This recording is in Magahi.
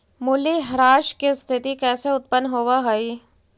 मूल्यह्रास की स्थिती कैसे उत्पन्न होवअ हई?